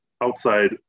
outside